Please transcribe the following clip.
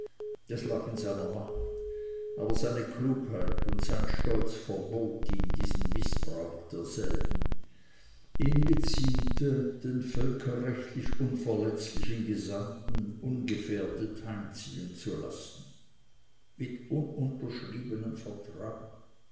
das lag in seiner macht aber seine klugheit und sein stolz verbot ihm diesen mißbrauch derselben ihm geziemte den völkerrechtlich unverletzlichen gesandten ungefährdet heimziehen zu lassen mit ununterschriebenem vertrage